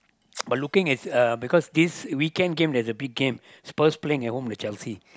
but looking at uh because this weekend game is a big game Spurs playing at home with Chelsea